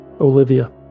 Olivia